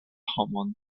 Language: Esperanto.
homon